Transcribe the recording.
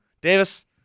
Davis